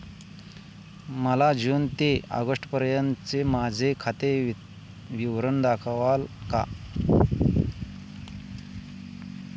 मला जून ते ऑगस्टपर्यंतचे माझे खाते विवरण दाखवाल का?